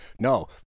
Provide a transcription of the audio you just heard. no